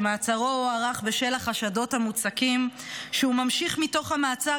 שמעצרו הוארך בשל החשדות המוצקים שהוא ממשיך מתוך המעצר